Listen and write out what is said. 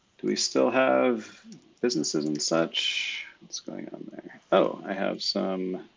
do we still have businesses and such that's going on there? oh, i have some